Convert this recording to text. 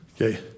Okay